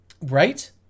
Right